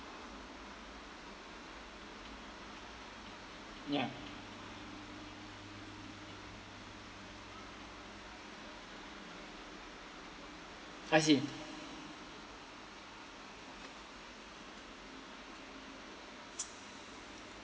ya I see